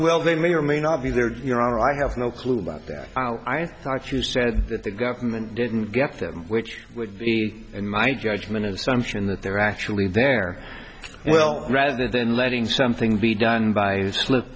well they may or may not be there your honor i have no clue about that i thought you said that the government didn't get them which would be in my judgment in some fashion that they were actually there well rather than letting something be done by slip